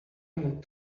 want